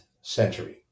century